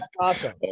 awesome